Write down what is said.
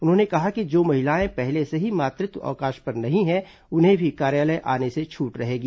उन्होंने कहा कि जो महिलाएं पहले से ही मातृत्व अवकाश पर नहीं है उन्हें भी कार्यालय आने से छूट रहेगी